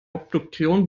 obduktion